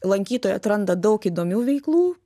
lankytojai atranda daug įdomių veiklų